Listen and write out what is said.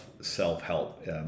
self-help